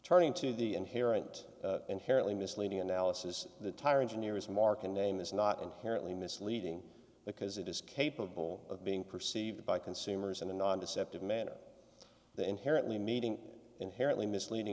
turning to the inherent inherently misleading analysis that tire engineers mark a name is not inherently misleading because it is capable of being perceived by consumers in a non deceptive manner that inherently meeting inherently misleading